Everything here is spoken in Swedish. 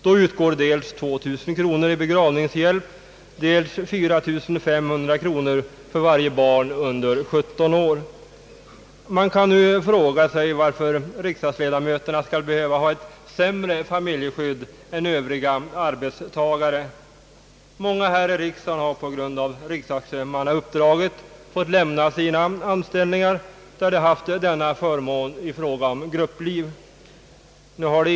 Då utgår dels 2 000 kronor i begravningshjälp, dels 4500 kronor för varje barn under 17 år. Man kan nu fråga sig varför riksdagsledamöterna skall behöva ha ett sämre familjeskydd än övriga arbetstagare. Många här i riksdagen'har på grund av riksdagsmannauppdraget fått lämna sina anställningar, där de haft denna förmån i fråga om grupplivförsäkring.